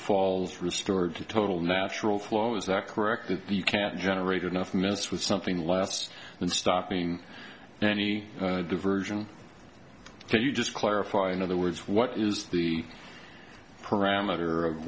falls restored to total natural flow is that correct that you can't generate enough minutes with something less than stopping any diversion so you just clarify in other words what is the parameter of